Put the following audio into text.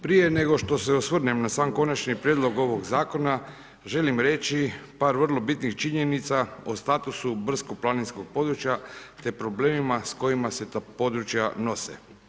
Prije nego što se osvrnem na sam konačni prijedlog ovog zakona želim reći par vrlo bitnih činjenica o statusu brdsko-planinskog područja te problemima s kojima se ta područja nose.